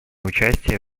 участие